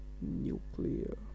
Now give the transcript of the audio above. nuclear